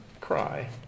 cry